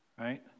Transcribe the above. right